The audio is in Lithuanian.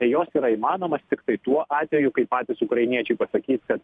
tai jos yra įmanomos tiktai tuo atveju kai patys ukrainiečiai pasakys kad